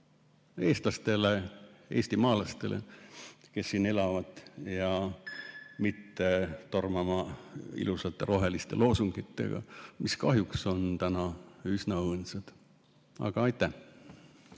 eestlastele, eestimaalastele, kes siin elavad, mitte tormama ilusate roheliste loosungitega, mis kahjuks on üsna õõnsad. Aitäh!